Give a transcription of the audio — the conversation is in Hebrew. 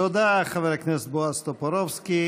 תודה, חבר הכנסת בועז טופורובסקי.